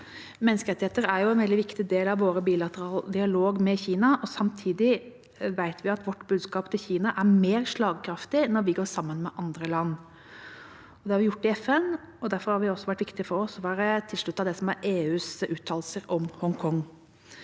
Menneskerettigheter er en veldig viktig del av vår bilaterale dialog med Kina. Samtidig vet vi at vårt budskap til Kina er mer slagkraftig når vi går sammen med andre land. Det har vi gjort i FN, og derfor har det også vært viktig for oss å være tilsluttet det som er EUs uttalelser om Hongkong.